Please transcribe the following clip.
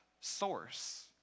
source